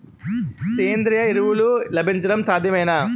సేంద్రీయ ఎరువులు లభించడం సాధ్యమేనా?